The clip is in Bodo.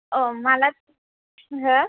अ माला हो